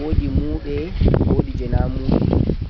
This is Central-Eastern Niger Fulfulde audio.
Woodi muuɓe woodi bo jena muuɓe